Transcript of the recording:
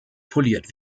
poliert